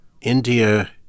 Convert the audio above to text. India